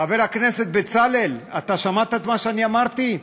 חבר הכנסת בצלאל, אתה שמעת מה שאני אמרתי?